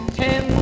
ten